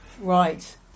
Right